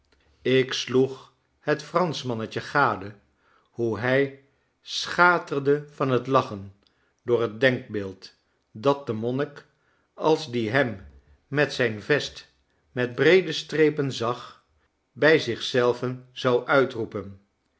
ik sloeg het franschmannetje gade hoe hij schaterde van het lachen door het denkbeeld dat de monnik als die hem met zijn vest met breede strepen zag bij zich zelven zou uitroepen